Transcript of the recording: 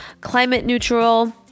Climate-neutral